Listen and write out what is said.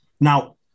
Now